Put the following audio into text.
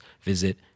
visit